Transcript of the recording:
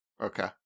okay